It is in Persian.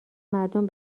مردم